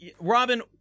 Robin